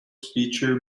feature